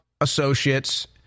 associates